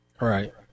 Right